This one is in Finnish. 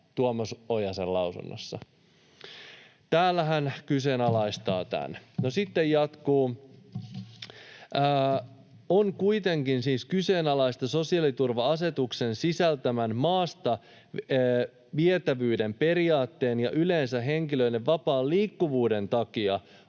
Tuomas Ojasen lausunnossa. Täällä hän kyseenalaistaa tämän. No, sitten jatkuu: ”On kuitenkin siis kyseenalaista sosiaaliturva-asetuksen sisältämän maasta vietävyyden periaatteen ja yleensä henkilöiden vapaan liikkuvuuden takia,